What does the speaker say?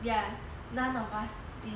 ya none of us leave